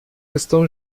estão